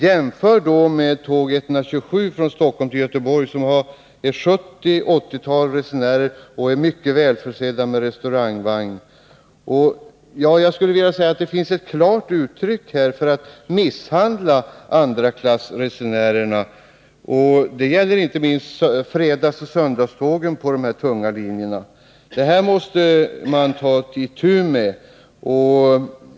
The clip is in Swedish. Jämför gärna med tåg 127 Stockholm-Göteborg, som har ett 70-80-tal resenärer och en mycket välförsedd restaurangvagn. Det finns en klar tendens att ”misshandla” andraklassresenärerna — inte minst på fredagsoch söndagstågen på dessa tunga linjer. Man måste ta itu med dessa problem.